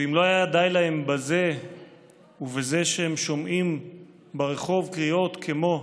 ואם לא היה די להם בזה ובזה שהם שומעים ברחוב קריאות כמו,